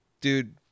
dude